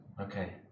Okay